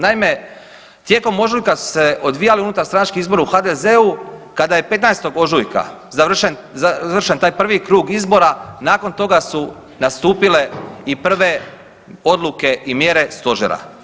Naime, tijekom ožujka su se odvijali unutarstranački izbori u HDZ-u kada je 15. ožujka završen taj prvi krug izbora nakon toga su nastupile i prve odluke i mjere Stožera.